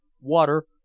Water